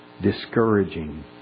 discouraging